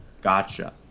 Gotcha